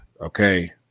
Okay